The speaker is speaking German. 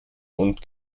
und